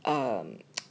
um